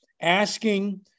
Asking